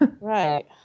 right